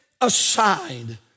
aside